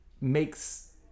makes